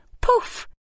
poof